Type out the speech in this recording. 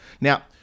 Now